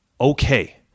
okay